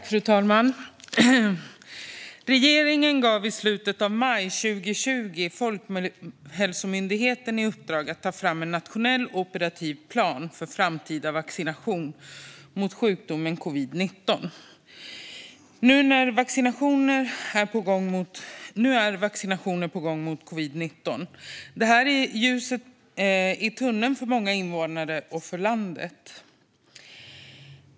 Fru talman! Regeringen gav i slutet av maj 2020 Folkhälsomyndigheten i uppdrag att ta fram en nationell operativ plan för framtida vaccination mot sjukdomen covid-19. Nu är vaccinationer på gång mot covidl9. Det här är ljuset i tunneln för många invånare och för landet.